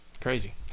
Crazy